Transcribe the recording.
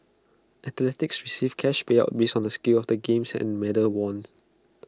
athletes receive cash payouts based on the scale of the games and medals won